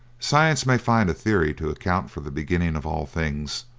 science may find a theory to account for the beginning of all things,